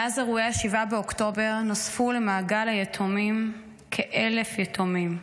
מאז אירועי 7 באוקטובר נוספו למעגל היתומים כ-1,000 יתומים.